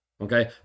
Okay